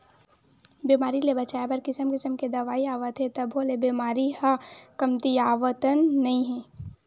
बेमारी ले बचाए बर किसम किसम के दवई आवत हे तभो ले बेमारी ह कमतीयावतन नइ हे